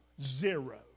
zero